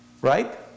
right